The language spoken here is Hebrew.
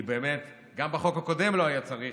כי באמת, גם בחוק הקודם לא היה צריך,